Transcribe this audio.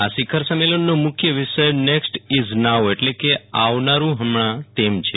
આ શિખર સંમેલનનો મુખ્ય વિષય નેકસ્ટ ઇઝ નાઉ એટલે કે આવનારૂ હમણા તેમ છે